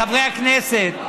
חברי הכנסת,